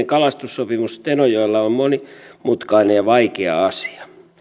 kalastussopimus tenojoella on monimutkainen ja vaikea asia